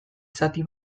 zati